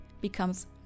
becomes